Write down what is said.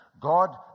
God